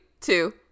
two